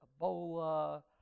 Ebola